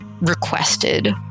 requested